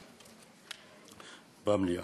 במליאה.